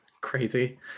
Crazy